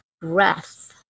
breath